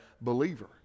believer